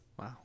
wow